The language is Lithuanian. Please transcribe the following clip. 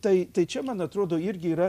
tai tai čia man atrodo irgi yra